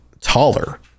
taller